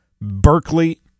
Berkeley